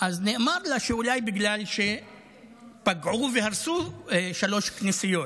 אז נאמר לה שאולי בגלל שפגעו והרסו שלוש כנסיות,